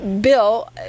Bill